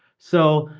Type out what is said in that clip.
so,